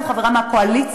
זו חברה מהקואליציה,